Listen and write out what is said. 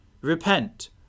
Repent